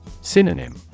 Synonym